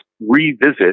revisit